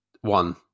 one